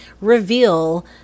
reveal